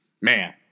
man